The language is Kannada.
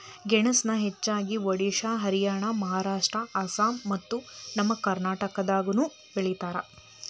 ಗೆಣಸನ ಹೆಚ್ಚಾಗಿ ಒಡಿಶಾ ಹರಿಯಾಣ ಮಹಾರಾಷ್ಟ್ರ ಅಸ್ಸಾಂ ಮತ್ತ ನಮ್ಮ ಕರ್ನಾಟಕದಾಗನು ಬೆಳಿತಾರ